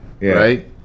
right